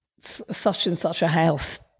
such-and-such-a-house